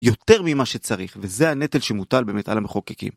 יותר ממה שצריך, וזה הנטל שמוטל באמת על המחוקקים.